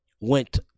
Went